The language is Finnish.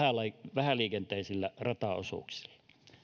vähäliikenteisillä rataosuuksilla